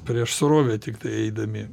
prieš srovę tiktai eidami